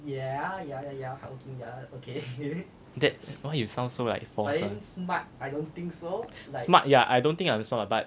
that why you sound so like false [one] smart yeah I don't think I'm smart lah but